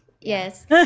Yes